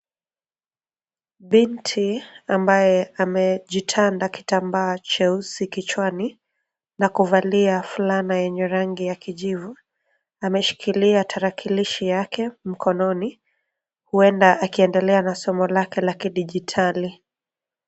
Binti ambaye amejitanda kitambaa cheusi kichwani na kuvalia fulana yenye rangi ya kijivu ameshikilia tarakilishi yake mkononi huenda akiendelea na somo lake la kidijitali.